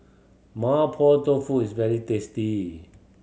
Mapo Tofu is very tasty